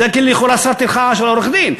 זה לכאורה שכר טרחה של עורך-הדין.